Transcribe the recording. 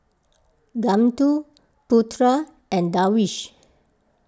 Guntur Putra and Darwish